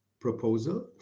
proposal